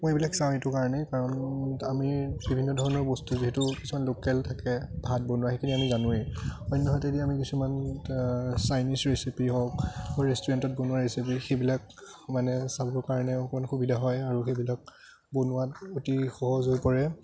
মই এইবিলাক চাওঁ এইটো কাৰণেই কাৰণ আমি বিভিন্ন ধৰণৰ বস্তু যিহেতু কিছুমান লোকেল থাকে ভাত বনোৱা সেইখিনি আমি জানোৱেই অন্যহাতেদি আমি কিছুমান চাইনিজ ৰেচিপি হওক ৰেষ্টুৰেণ্টত বনোৱা ৰেচিপি সেইবিলাক মানে চাব কাৰণেও অকণমান সুবিধা হয় আৰু সেইবিলাক বনোৱাত অতি সহজ হৈ পৰে